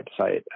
website